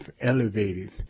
elevated